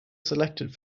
selected